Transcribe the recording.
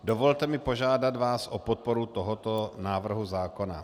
Dovolte mi požádat vás o podporu tohoto návrhu zákona.